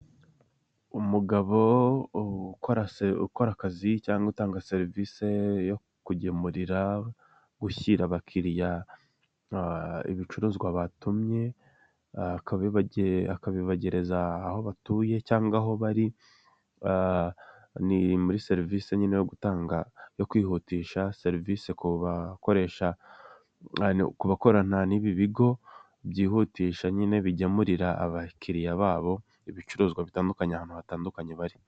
Umugabo ukora se ukora akazi cyangwa utanga serivise yo kugemurira gushyira abakiriya ibicuruzwa batumye, akabibagereza aho batuye cyangwa aho bari ni muri serivisi nyeyine yo gu yo kwihutisha serivisi ku bakoresha ku bakorana n'ibi bigo, byihutisha nyine bigemurira abakiriya babo, ibicuruzwa bitandukanye ahantu hatandukanye bari.